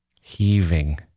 heaving